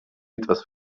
etwas